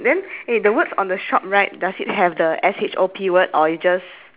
one two three four same eh then after that with the saw that is like just red colour handle right